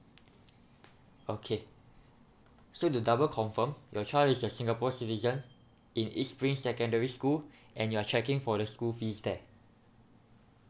okay so to double confirm your child is a singapore citizen in east spring secondary school and you're checking for the school fees there